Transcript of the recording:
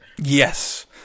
Yes